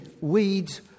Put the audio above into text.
weeds